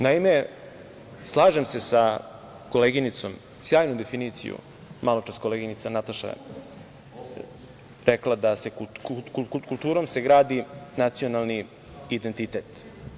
Naime, slažem se sa koleginicom, sjajnu definiciju, maločas koleginica Nataša je rekla da se kulturom gradi nacionalni identitet.